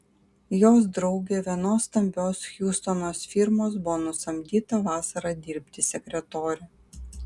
jos draugė vienos stambios hjustono firmos buvo nusamdyta vasarą dirbti sekretore